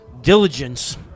diligence